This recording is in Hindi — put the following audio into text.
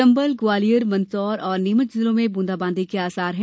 चंबल ग्वालियर मंदसौर और नीमच जिलों में बुंदाबादी के आसार है